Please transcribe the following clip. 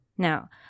Now